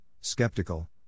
skeptical